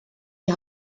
die